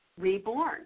reborn